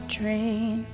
train